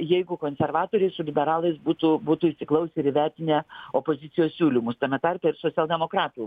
jeigu konservatoriai su liberalais būtų būtų įsiklausę ir įvertinę opozicijos siūlymus tame tarpe ir socialdemokratų